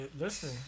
Listen